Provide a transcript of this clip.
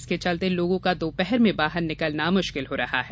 इसके चलते लोगों का दोपहर में बाहर निकलना मुश्किल हो रहा है